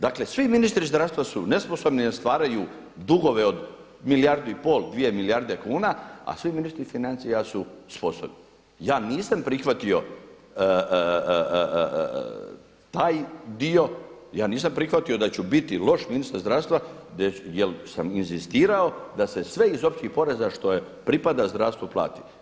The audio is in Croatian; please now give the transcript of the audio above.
Dakle, svi ministri zdravstva su nesposobni jer stvaraju dugove od milijardu i pol, dvije milijarde kuna a svi ministri financija su sposobni. ja nisam prihvatio taj dio, ja nisam prihvatio da ću biti loš ministar zdravstva jer sam inzistirao da se sve iz općih poreza što pripada zdravstvu plati.